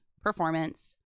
performance